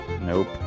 Nope